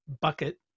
bucket